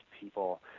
people